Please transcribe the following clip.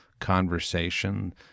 conversation